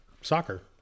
soccer